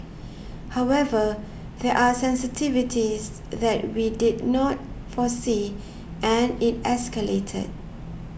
however there are sensitivities that we did not foresee and it escalated